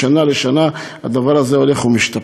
משנה לשנה הדבר הזה הולך ומשתפר.